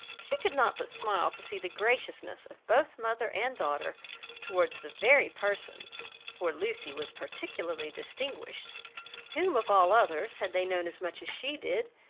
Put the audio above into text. she could not but smile to see the graciousness of both mother and daughter towards the very person for lucy was particularly distinguished whom of all others, had they known as much as she did,